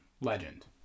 legend